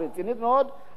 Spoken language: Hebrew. רצינית מאוד,